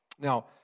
Now